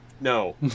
No